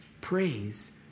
Praise